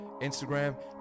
instagram